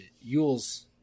Yule's